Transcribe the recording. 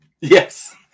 Yes